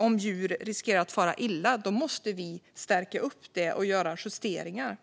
Om djur riskerar att fara illa måste vi stärka upp den och göra justeringar.